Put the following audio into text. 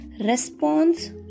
response